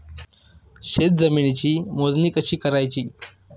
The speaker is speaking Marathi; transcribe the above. शेत जमिनीची मोजणी कशी करायची?